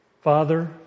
Father